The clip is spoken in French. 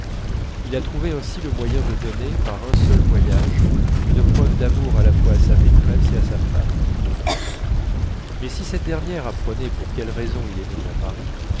il a trouvé ainsi le moyen de donner par un seul voyage une preuve d'amour à la fois à sa maîtresse et à sa femme mais si cette dernière apprenait pour quelle raison il est venu à paris